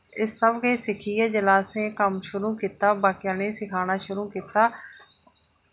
एह् सब किश सीखियै जेल्लै असें कम्म शुरू कीता बाकी आह्लें सिखाना शुरू कीता